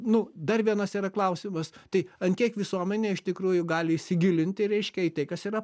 nu dar vienas yra klausimas tai ant kiek visuomenė iš tikrųjų gali įsigilinti reiškiaį tai kas yra